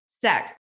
sex